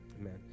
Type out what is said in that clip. Amen